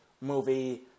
movie